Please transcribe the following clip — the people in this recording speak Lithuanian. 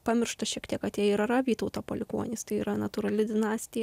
pamiršta šiek tiek kad jie ir yra vytauto palikuonys tai yra natūrali dinastija